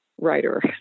writer